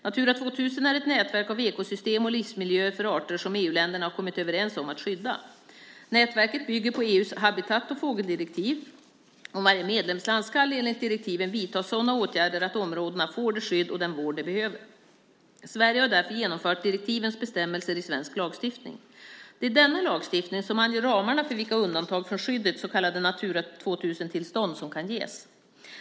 Natura 2000 är ett nätverk av ekosystem och livsmiljöer för arter som EU-länderna har kommit överens om att skydda. Nätverket bygger på EU:s habitat och fågeldirektiv. Varje medlemsland ska enligt direktiven vidta sådana åtgärder att områdena får det skydd och den vård de behöver. Sverige har därför genomfört direktivens bestämmelser i svensk lagstiftning. Det är denna lagstiftning som anger ramarna för vilka undantag från skyddet, så kallade Natura 2000-tillstånd, som kan ges.